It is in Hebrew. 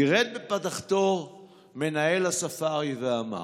גירד בפדחתו מנהל הספארי ואמר: